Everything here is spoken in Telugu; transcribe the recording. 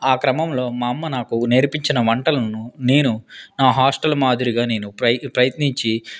ఆ క్రమంలో మా అమ్మ నాకు నేర్పించిన వంటలను నేను నా హాస్టల్ మాదిరిగా నేను ప్ర ప్రయత్నించి